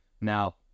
now